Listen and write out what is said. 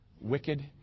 wicked